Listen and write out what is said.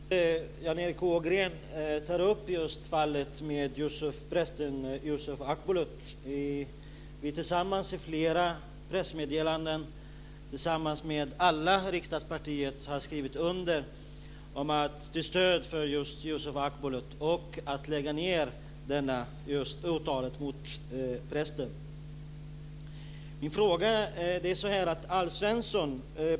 Fru talman! Det är bra att Jan Erik Ågren tar upp fallet med prästen Yusuf Akbulut. I flera pressmeddelanden har alla riksdagspartier skrivit under uppmaningen om stöd för Yusuf Akbulut och att åtalet mot honom ska läggas ned.